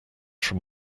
from